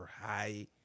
high